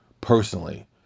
Personally